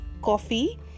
coffee